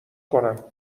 کنم